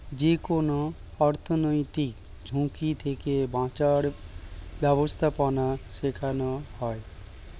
যেকোনো অর্থনৈতিক ঝুঁকি থেকে বাঁচার ব্যাবস্থাপনা শেখানো হয়